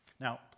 now